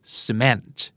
cement